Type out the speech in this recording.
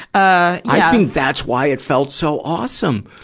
ah i think that's why it felt so awesome.